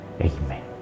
Amen